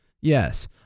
Yes